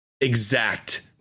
exact